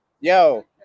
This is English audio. yo